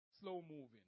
slow-moving